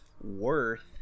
Worth